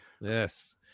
Yes